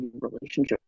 relationship